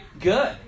good